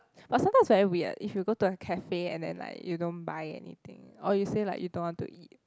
but sometimes very weird if you go to a cafe and then like you don't buy anything or you say like you don't want to eat